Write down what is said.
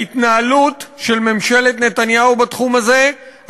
וההתנהלות של ממשלת נתניהו בתחום הזה,